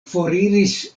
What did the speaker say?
foriris